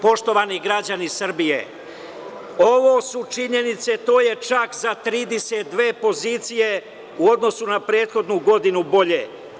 Poštovani građani Srbije, ovo su činjenice, to je čak za 32 pozicije u odnosu na prethodnu godinu bolje.